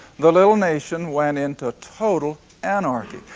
the little nation went into total anarchy.